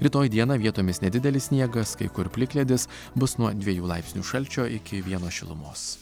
rytoj dieną vietomis nedidelis sniegas kai kur plikledis bus nuo dviejų laipsnių šalčio iki vieno šilumos